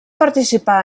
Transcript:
participà